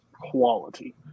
quality